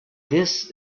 this